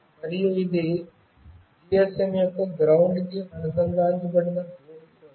మరియు ఇది GSM యొక్క గ్రౌండ్ కి అనుసంధానించబడిన కోసం